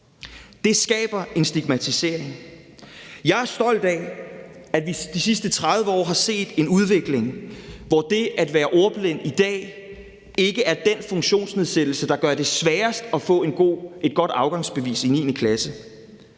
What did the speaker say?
Det skaber en stigmatisering. Jeg er stolt af, at vi de sidste 30 år har set en udvikling, så det at være ordblind i dag ikke er den funktionsnedsættelse, der gør det sværest at få et godt afgangsbevis i 9. klasse.